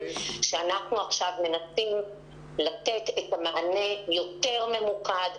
ואנחנו עכשיו מנסים לתת מענה יותר ממוקד,